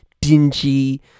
dingy